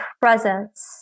presence